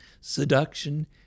seduction